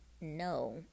no